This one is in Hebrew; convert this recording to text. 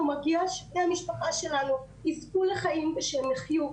מגיע שבני המשפחה שלנו יזכו לחיים ושהם יחיו,